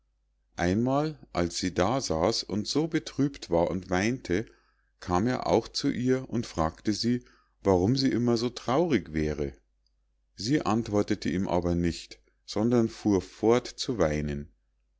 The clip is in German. einmal als sie da saß und so betrübt war und weinte kam er auch zu ihr und fragte sie warum sie immer so traurig wäre sie antwortete ihm aber nicht sondern fuhr fort zu weinen